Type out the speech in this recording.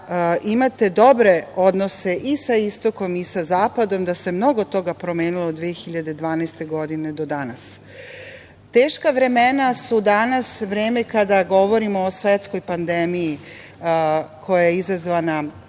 imate dobre odnose i sa istokom i sa zapadom da se mnogo toga promenilo od 2012. godine do danas. Teška vremena su danas vreme kada govorimo o svetskoj pandemiji koja je izazvana